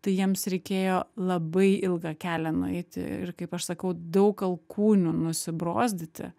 tai jiems reikėjo labai ilgą kelią nueiti ir kaip aš sakau daug alkūnių nusibrozdyti